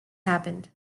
happened